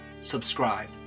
subscribe